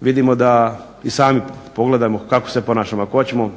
Vidimo da i sami pogledajmo kako se ponašamo ako hoćemo